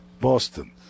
Boston